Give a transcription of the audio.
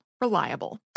Reliable